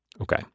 Okay